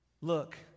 Look